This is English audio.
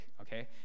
okay